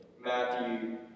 Matthew